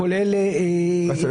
כולל סמ"סים וכן הלאה.